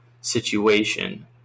situation